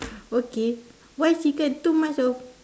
okay why chicken too much of